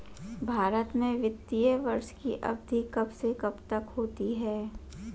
भारत में वित्तीय वर्ष की अवधि कब से कब तक होती है?